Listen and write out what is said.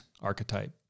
archetype